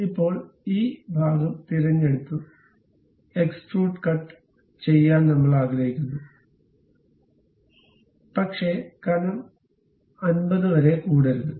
ഇപ്പോൾ ഈ ഭാഗം തിരഞ്ഞെടുത്തു എക്സ്ട്രൂഡ് കട്ട് ചെയ്യാൻ നമ്മൾ ആഗ്രഹിക്കുന്നു പക്ഷേ കനം 50 വരെ കൂടരുത്